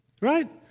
right